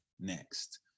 next